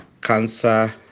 cancer